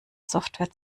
software